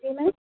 جی میم